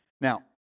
Now